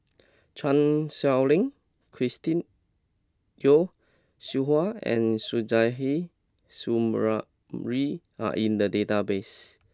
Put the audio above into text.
Chan Sow Lin Chris Yeo Siew Hua and Suzairhe Sumari are in the database